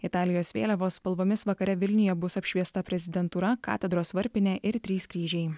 italijos vėliavos spalvomis vakare vilniuje bus apšviesta prezidentūra katedros varpinė ir trys kryžiai